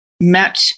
met